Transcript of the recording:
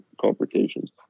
complications